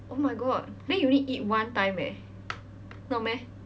oh my god then you only eat one time eh not meh